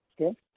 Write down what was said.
okay